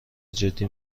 جدی